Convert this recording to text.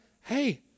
hey